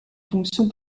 fonction